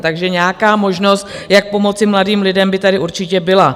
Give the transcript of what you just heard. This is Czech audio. Takže nějaká možnost, jak pomoci mladým lidem, by tady určitě byla.